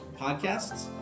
podcasts